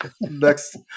next